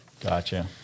gotcha